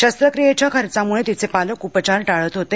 शस्त्रक्रियेच्या खर्चामुळे तिचे पालक उपचार टाळत होते